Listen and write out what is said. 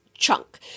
chunk